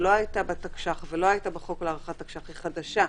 שלא היתה בתקש"ח ולא היתה בחוק היא חדשה,